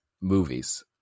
movies